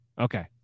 Okay